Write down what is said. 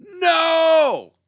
No